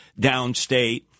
downstate